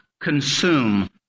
consume